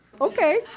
okay